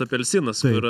apelsinas kur